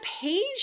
page